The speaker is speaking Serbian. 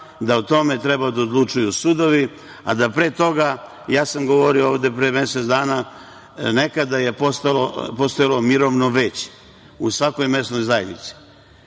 O tome treba da odlučuju sudovi, a da pre toga, govorio sam ovde pre mesec dana, nekada je postojalo mirovno veće u svako mesnoj zajednici,